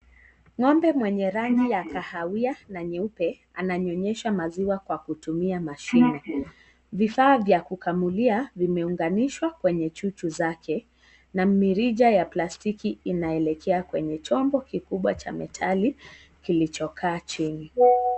Ng'ombe mwenye rangi ya kahawia na nyeupe ananyonyeshwa maziwa kwa kutumia mashini. Vifaa vya kukamulia vimeunganishwa kwa chuchu zake na mirija ya plastiki inaelekea kwenye chombo kikubwa cha metali kilichokaa chini.